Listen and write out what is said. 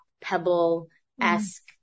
pebble-esque